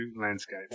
landscape